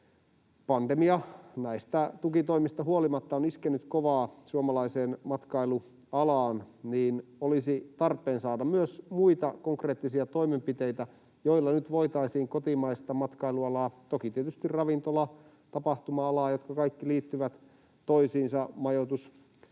pandemia näistä tukitoimista huolimatta on iskenyt kovaa suomalaiseen matkailualaan, niin olisi tarpeen tehdä myös muita konkreettisia toimenpiteitä, joilla nyt voitaisiin kotimaista matkailualaa — toki tietysti ravintola- ja tapahtuma-alaakin, kaikki liittyvät toisiinsa, majoitusliiketoiminta